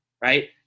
right